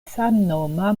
samnoma